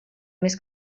més